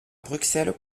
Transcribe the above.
bruxelles